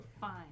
Fine